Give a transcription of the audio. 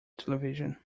television